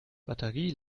batterie